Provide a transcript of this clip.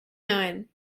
nine